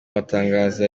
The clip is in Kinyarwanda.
batangaza